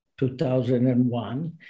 2001